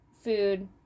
food